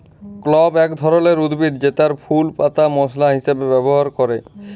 clove এক ধরলের উদ্ভিদ জেতার ফুল পাতা মশলা হিসাবে ব্যবহার ক্যরে